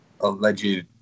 alleged